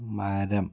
മരം